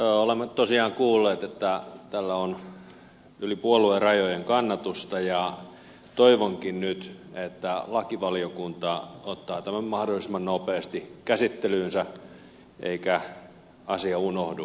olemme tosiaan kuulleet että tällä on yli puoluerajojen kannatusta ja toivonkin nyt että lakivaliokunta ottaa tämän mahdollisimman nopeasti käsittelyynsä eikä asia unohdu